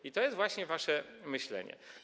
I to jest właśnie wasze myślenie.